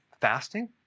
fasting